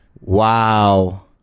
Wow